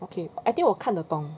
okay I think 我看得懂